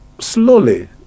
slowly